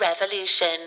Revolution